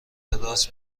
راست